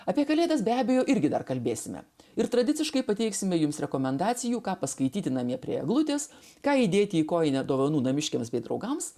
apie kalėdas be abejo irgi dar kalbėsime ir tradiciškai pateiksime jums rekomendacijų ką paskaityti namie prie eglutės ką įdėti į kojinę dovanų namiškiams bei draugams